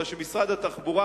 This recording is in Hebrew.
אלא שמשרד התחבורה,